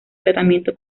tratamiento